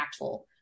impactful